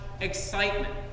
excitement